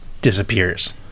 disappears